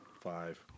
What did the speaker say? five